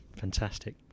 Fantastic